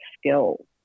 skills